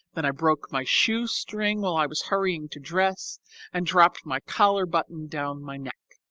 then i broke my shoestring while i was hurrying to dress and dropped my collar button down my neck.